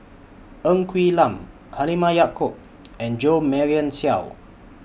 Ng Quee Lam Halimah Yacob and Jo Marion Seow